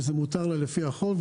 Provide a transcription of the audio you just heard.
וזה מותר לה לפי החוק.